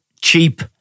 cheap